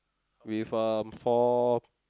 with um four